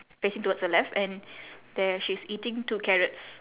facing towards the left and then she's eating two carrots